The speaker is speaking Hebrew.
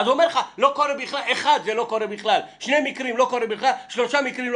כשמדובר במקרה אחד או בשני מקרים או בשלושה מקרים,